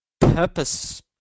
Purpose